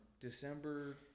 December